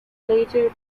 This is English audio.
later